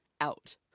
out